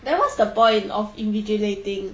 then what's the point of invigilating